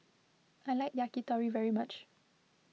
I like Yakitori very much